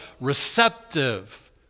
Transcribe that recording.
receptive